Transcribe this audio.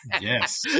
Yes